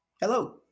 hello